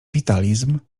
witalizm